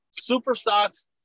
Superstocks